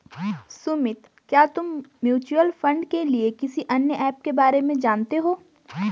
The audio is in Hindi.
सुमित, क्या तुम म्यूचुअल फंड के लिए किसी अन्य ऐप के बारे में जानते हो?